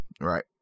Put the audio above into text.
right